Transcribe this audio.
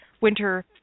winter